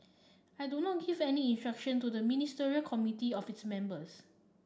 I do not give any instruction to the Ministerial Committee or its members